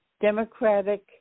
Democratic